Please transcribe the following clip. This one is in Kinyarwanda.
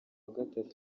gatatu